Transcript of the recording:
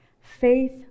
Faith